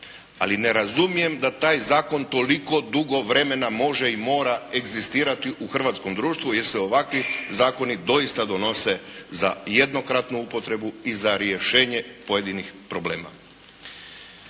ali ne razumijem da taj zakon toliko dugo vremena može i mora egzistirati u hrvatskom društvu jer se ovakvi zakoni doista donose za jednokratnu upotrebu i za rješenje pojedinih problema.